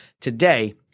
today